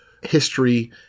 history